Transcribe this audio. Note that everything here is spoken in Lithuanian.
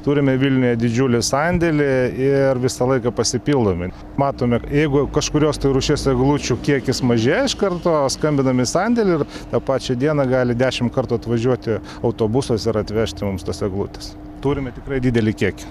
turime vilniuje didžiulį sandėlį ir visą laiką pasipildome matome jeigu kažkurios rūšies eglučių kiekis mažėja iš karto skambinam į sandėlį ir tą pačią dieną gali dešim kartų atvažiuoti autobusas ir atvežti mums tas eglutes turime tikrai didelį kiekį